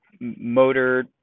motor